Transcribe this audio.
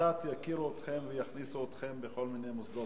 שקצת יכירו אתכם ויכניסו אתכם בכל מיני מוסדות.